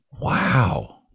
wow